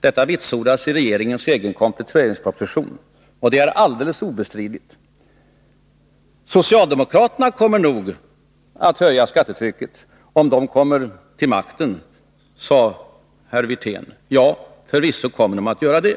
Detta vitsordas i regeringens egen kompletteringsproposition, och det är alldeles obestridligt. Socialdemokraterna kommer nog att höja skattetrycket, om de kommer till makten, sade herr Wirtén. Ja, förvisso kommer de att göra det,